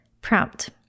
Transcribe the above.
Prompt